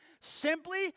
Simply